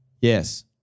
Yes